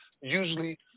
usually